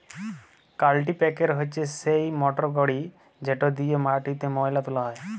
কাল্টিপ্যাকের হছে সেই মটরগড়ি যেট দিঁয়ে মাটিতে ময়লা তুলা হ্যয়